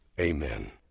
Amen